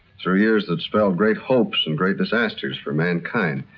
through years that spelled great hopes and great disasters for mankind.